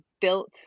built